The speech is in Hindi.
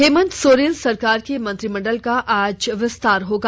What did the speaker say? हेमंत सोरेन सरकार के मंत्रिमंडल का आज विस्तार होगा